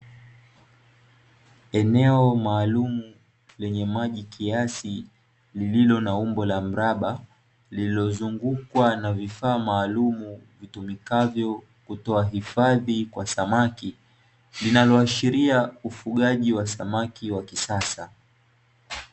Eneo maalumu lenye maji kiasi lililo na umbo la mraba, lililozungukwa na vifaa maalumu vitumikavyo kutoa hifadhi kwa samaki, linaloashiria ufugaji wa samaki wa kisasa.